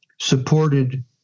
supported